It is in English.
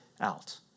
out